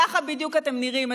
ככה בדיוק אתם נראים,